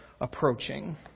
approaching